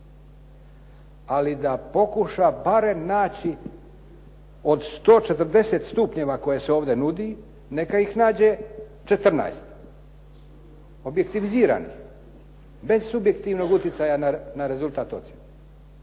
Ali da pokuša barem naći od 140 stupnjeva koje se ovdje nudi, neka ih nađe 14, objektiviziranih. Bez subjektivnog utjecaja na rezultat ocjene.